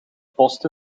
post